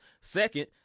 Second